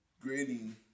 grading